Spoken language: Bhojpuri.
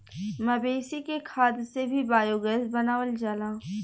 मवेशी के खाद से भी बायोगैस बनावल जाला